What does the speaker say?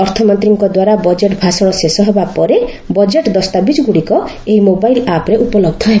ଅର୍ଥମନ୍ତ୍ରୀଙ୍କ ଦ୍ୱାରା ବଜେଟ୍ ଭାଷଣ ଶେଷ ହେବା ପରେ ବଜେଟ୍ ଦସ୍ତାବିଜ୍ ଗୁଡ଼ିକ ଏହି ମୋବାଇଲ୍ ଆପ୍ରେ ଉପଲବ୍ଧ ହେବ